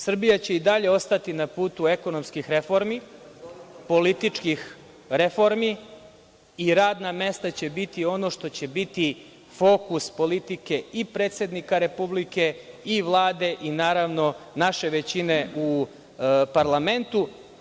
Srbija će i dalje ostati na putu ekonomskih reformi, političkih reformi i radna mesta će biti ono što će biti fokus politike i predsednika Republike i Vlade i, naravno, naše većine u parlamentu.